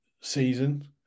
season